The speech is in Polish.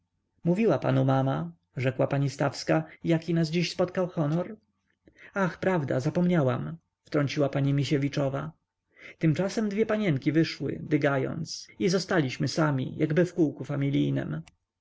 mówiła panu mama rzekła pani stawska jaki nas dziś spotkał honor aha prawda zapomniałam wtrąciła pani misiewiczowa tymczasem dwie panienki wyszły dygając i zostaliśmy sami jakby w kółku familijnem